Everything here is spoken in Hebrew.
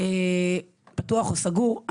פתוח או סגור,